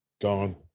Gone